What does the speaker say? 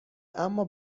اما